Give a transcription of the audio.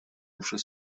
przez